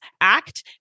act